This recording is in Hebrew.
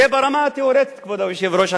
זה ברמה התיאורטית, כבוד היושב-ראש.